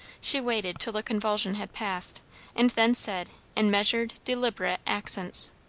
she waited till the convulsion had passed and then said in measured, deliberate accents,